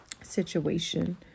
situation